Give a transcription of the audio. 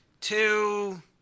two